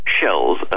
shells